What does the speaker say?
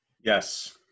Yes